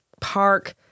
park